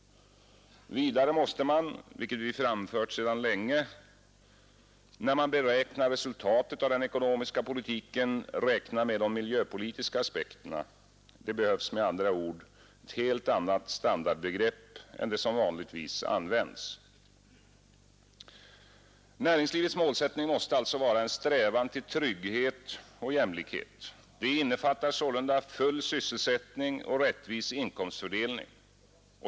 Vidare måste man, vilket vi framfört sedan länge, när man beräknar resultatet av den ekonomiska politiken räkna med de miljöpolitiska aspekterna. Det behövs med andra ord ett helt annat standardbegrepp än det som vanligtvis används. Näringslivets målsättning måste alltså vara en strävan till trygghet och jämlikhet. Den innefattar sålunda full sysselsättning och rättvis inkomstfördelning.